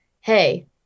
Hey